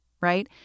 right